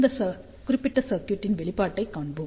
இந்த குறிப்பிட்ட சர்க்யூட்டின் வெளிப்பாடைப் பார்ப்போம்